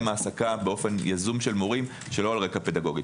העסקה באופן יזום של מורים שלא על רקע פדגוגי.